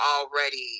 already